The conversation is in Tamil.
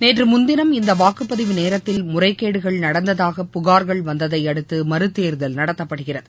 நேற்று முன்தினம் இங்கு வாக்குபதிவு நேரத்தில் முறைகேடுகள் நடந்ததாக புகா்கள் வந்ததை அடுத்து மறுதேர்தல் நடத்தப்படுகிறது